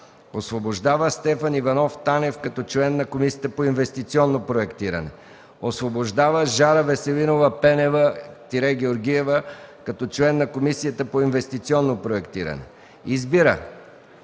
Освобождава Стефан Иванов Танев като член на Комисията по инвестиционно проектиране. 3. Освобождава Жара Веселинова Пенева-Георгиева като член на Комисията по инвестиционно проектиране. 4. Избира